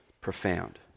profound